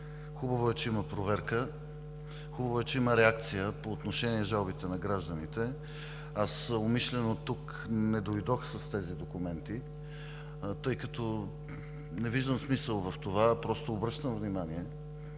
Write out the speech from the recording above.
Хубаво е, че има проверка, хубаво е, че има реакция по отношение жалбите на гражданите. Умишлено не дойдох тук с тези документи, тъй като не виждам смисъл в това, просто обръщам внимание